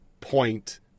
point